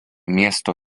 miesto